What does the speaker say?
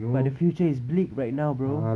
but the future is bleak right now bro